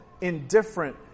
indifferent